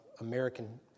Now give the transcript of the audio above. American